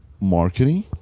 marketing